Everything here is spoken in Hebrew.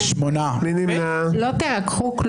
הצבעה לא אושרו.